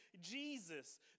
Jesus